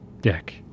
Deck